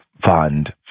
fund